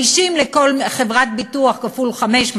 50 לכל חברת ביטוח כפול חמש,